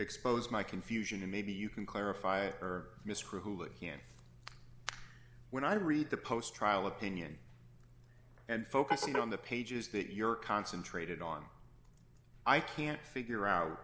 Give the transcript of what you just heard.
expose my confusion and maybe you can clarify for miss crew who can when i read the post trial opinion and focusing on the pages that you're concentrated on i can't figure out